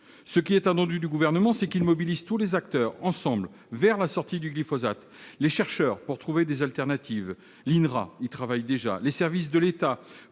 Ce qui est attendu du Gouvernement, c'est qu'il mobilise tous les acteurs, ensemble, vers la sortie du glyphosate : les chercheurs, pour trouver des alternatives- l'INRA y travaille déjà -; les services de l'État,